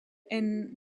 and